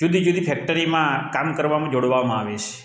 જુદી જુદી ફેક્ટરીમાં કામ કરવામાં જોડવામાં આવે છે